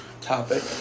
topic